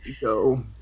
go